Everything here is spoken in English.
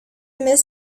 miss